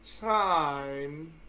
time